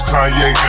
Kanye